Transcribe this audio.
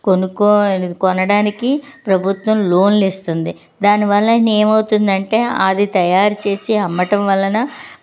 కొనుక్కోవాలీ కొనడానికి ప్రభుత్వం లోన్లు ఇస్తుంది దాని వలన ఏమవుతుందంటే అది తయారు చేసి అమ్మటం వలన